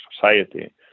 society